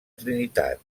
trinitat